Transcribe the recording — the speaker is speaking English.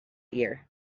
year